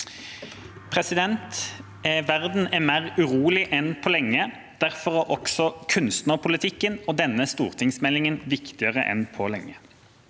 Verden er mer urolig enn på lenge. Derfor er også kunstnerpolitikken og denne stortingsmeldinga viktigere enn på lenge,